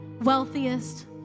wealthiest